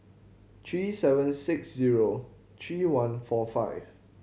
three seven six zero three one four five